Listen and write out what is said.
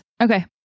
Okay